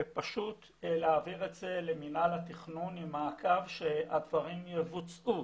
ופשוט להעביר את זה למינהל התכנון למעקב כדי שהדברים יבוצעו.